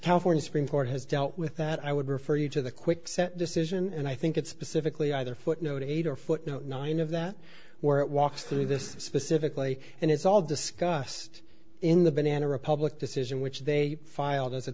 california supreme court has dealt with that i would refer you to the kwikset decision and i think it's specifically either footnote eight or footnote nine of that where it walks through this specifically and it's all discussed in the banana republic decision which they filed as a